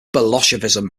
bolshevism